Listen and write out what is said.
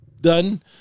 done